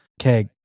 okay